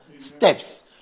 steps